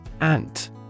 ant